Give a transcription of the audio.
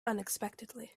unexpectedly